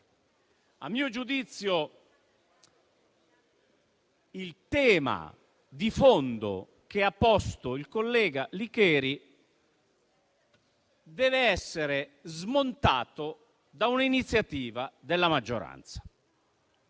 a mio giudizio - il tema di fondo che ha posto il collega Licheri deve essere smontato da un'iniziativa della maggioranza.